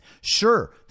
Sure